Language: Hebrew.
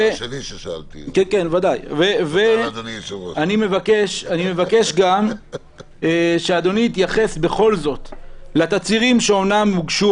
ואני מבקש גם שאדוני יתייחס בכל זאת לתצהירים שאומנם הוגשו,